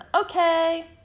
okay